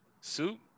soup